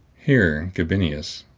here gabinius,